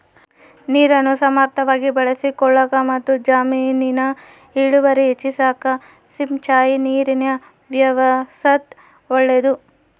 ನೀರನ್ನು ಸಮರ್ಥವಾಗಿ ಬಳಸಿಕೊಳ್ಳಾಕಮತ್ತು ಜಮೀನಿನ ಇಳುವರಿ ಹೆಚ್ಚಿಸಾಕ ಸಿಂಚಾಯಿ ನೀರಿನ ವ್ಯವಸ್ಥಾ ಒಳ್ಳೇದು